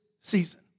season